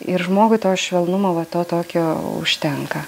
ir žmogui to švelnumo va to tokio užtenka